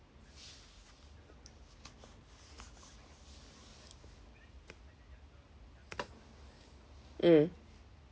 mm